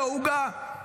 לא עוגה --- אגב,